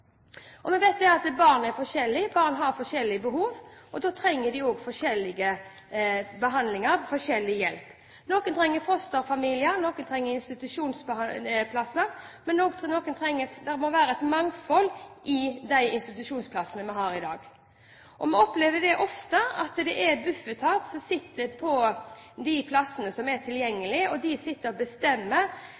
Vi vet at barn er forskjellige, barn har forskjellige behov, og da trenger de også ulik behandling, ulik hjelp. Noen trenger fosterfamilier, andre trenger institusjonsplasser. Det må være et mangfold i de institusjonsplassene vi har i dag. Vi opplever ofte at det er Bufetat som sitter på de plassene som er tilgjengelig, og de